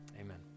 amen